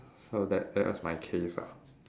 so that that was my case ah